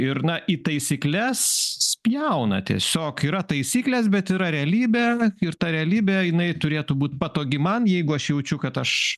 ir na į taisykles spjauna tiesiog yra taisyklės bet yra realybė ir ta realybė jinai turėtų būt patogi man jeigu aš jaučiu kad aš